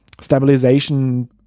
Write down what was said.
stabilization